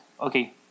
Okay